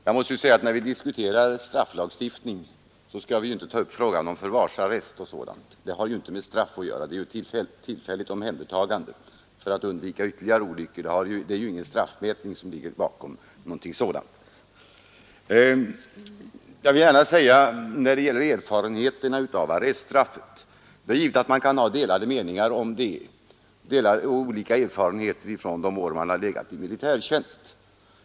Fru talman! När vi diskuterar strafflagstiftning skall vi inte ta upp frågan om förvarsarrest. Den har inte med straff att göra, och det ligger ingen straffmätning bakom den. Den är ett tillfälligt omhändertagande för att undvika ytterligare olyckor. Det är givet att man kan ha delade meningar om arreststraffet och olika erfarenheter av det från de år man har gjort militärtjänst.